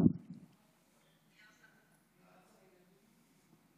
חמש דקות,